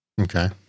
okay